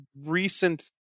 Recent